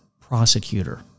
prosecutor